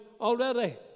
already